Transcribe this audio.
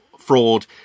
Fraud